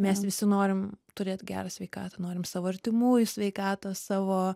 mes visi norim turėt gerą sveikatą norim savo artimųjų sveikatos savo